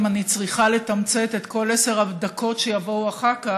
אם אני צריכה לתמצת את כל עשר הדקות שיבואו אחר כך: